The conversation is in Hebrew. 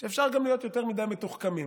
שאפשר גם להיות יותר מדי מתוחכמים.